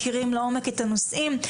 מכירים לעומק את הנושאים.